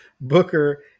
Booker